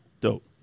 dope